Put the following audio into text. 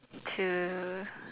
to